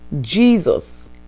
Jesus